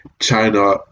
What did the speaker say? China